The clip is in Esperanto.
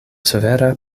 severe